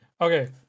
Okay